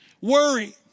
worry